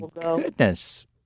goodness